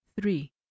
three